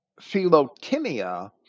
philotimia